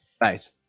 nice